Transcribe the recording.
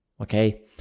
Okay